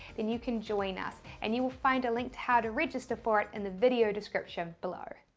then you can join us. and you will find a link to how to register for it in the video description below.